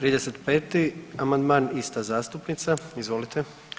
35. amandman, ista zastupnica, izvolite.